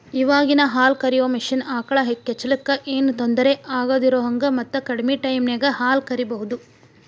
ಇವಾಗಿನ ಹಾಲ ಕರಿಯೋ ಮಷೇನ್ ಆಕಳ ಕೆಚ್ಚಲಕ್ಕ ಏನೋ ತೊಂದರೆ ಆಗದಿರೋಹಂಗ ಮತ್ತ ಕಡಿಮೆ ಟೈಮಿನ್ಯಾಗ ಹಾಲ್ ಕರಿಬಹುದು